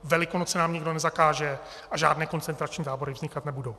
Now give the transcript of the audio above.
Velikonoce nám nikdo nezakáže a žádné koncentrační tábory vznikat nebudou.